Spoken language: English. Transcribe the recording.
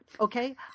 okay